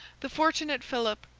the fortunate philip,